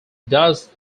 does